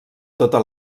tota